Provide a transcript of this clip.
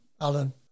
Alan